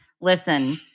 listen